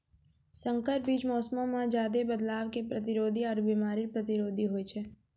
संकर बीज मौसमो मे ज्यादे बदलाव के प्रतिरोधी आरु बिमारी प्रतिरोधी होय छै